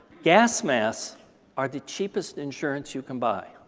gas masks are the cheapest insurance you can buy.